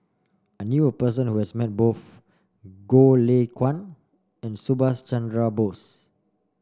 I knew a person who has met both Goh Lay Kuan and Subhas Chandra Bose